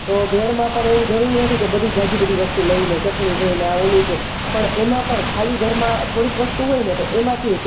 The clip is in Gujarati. તો ભેળમાં પણ એવુ જરૂરી નથી કે બધી જાઝી બધી વસ્તુ લઈને ચટણી જોઈને ઓલું જોઈ પણ એમાં પણ ખાલી ઘરમાં થોડીક વસ્તુ હોય ને તો એમાંથી